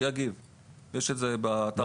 הם לא